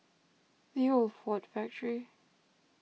the Old Ford Factor